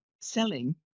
selling